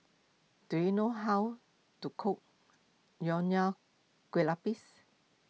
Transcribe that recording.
do you know how to cook Nonya Kueh Lapis